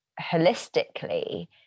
holistically